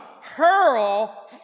hurl